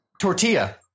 Tortilla